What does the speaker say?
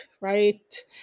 right